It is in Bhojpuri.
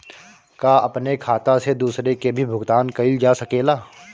का अपने खाता से दूसरे के भी भुगतान कइल जा सके ला?